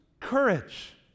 courage